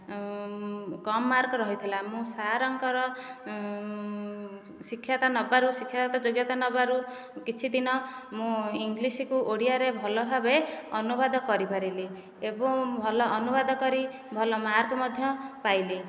ଆଉ କମ ମାର୍କ ରହିଥିଲା ମୁଁ ସାରଙ୍କର ଶିକ୍ଷତା ନେବାରୁ ଶିକ୍ଷାଗତ ଯୋଗ୍ୟତା ନେବାରୁ କିଛିଦିନ ମୁଁ ଇଂଲିଶକୁ ଓଡ଼ିଆରେ ଭଲଭାବେ ଅନୁବାଦ କରିପାରିଲି ଏବଂ ଭଲ ଅନୁବାଦ କରି ଭଲ ମାର୍କ ମଧ୍ୟ ପାଇଲି